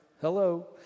Hello